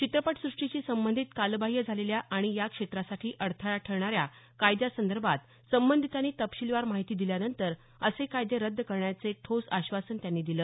चित्रपट सृष्टीशी संबंधित कालबाह्य झालेल्या आणि या क्षेत्रासाठी अडथळा ठरणाऱ्या कायद्यांसंदर्भात संबंधितांनी तपशीलवार माहिती दिल्यानंतर असे कायदे रद्द करण्याचे ठोस आश्वासन त्यांनी दिलं